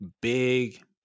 big